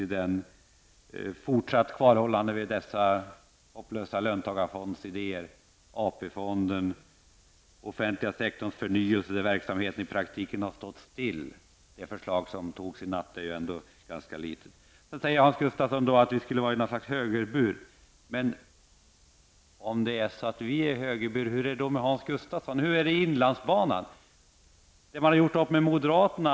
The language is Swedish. Det gäller bl.a. det fortsatta kvarhållandet vid dessa hopplösa löntagarfondsidéer, AP-fonden och offentliga sektorns förnyelse -- där verksamheten i praktiken har stått still. Det förslag som antogs i natt har en ganska liten betydelse. Hans Gustafsson säger att vi är i en slags högerbur. Men om vi är i en högerbur, hur är det med Hans Gustafsson? Hur är det med inlandsbanan. Där har socialdemokraterna gjort upp med moderaterna.